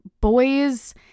boys